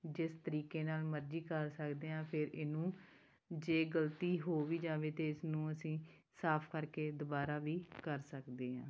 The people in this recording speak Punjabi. ਜਿਸ ਤਰੀਕੇ ਨਾਲ ਮਰਜ਼ੀ ਕਰ ਸਕਦੇ ਹਾਂ ਫਿਰ ਇਹਨੂੰ ਜੇ ਗਲਤੀ ਹੋ ਵੀ ਜਾਵੇ ਤਾਂ ਇਸ ਨੂੰ ਅਸੀਂ ਸਾਫ ਕਰਕੇ ਦੁਬਾਰਾ ਵੀ ਕਰ ਸਕਦੇ ਹਾਂ